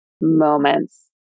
moments